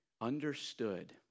understood